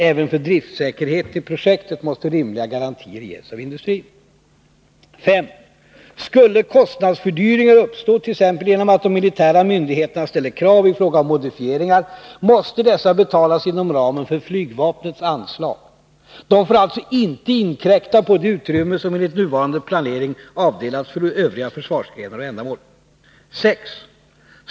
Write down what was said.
Även för driftsäkerheten i projektet måste rimliga garantier ges av industrin. 5. Skulle kostnadsfördyringar uppstå — t.ex. genom att de militära myndigheterna ställer krav i fråga om modifieringar — måste dessa betalas inom ramen för flygvapnets anslag. De får alltså inte inkräkta på det utrymme som enligt nuvarande planering avdelats för övriga försvarsgrenar och ändamål. 6.